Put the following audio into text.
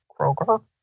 Kroger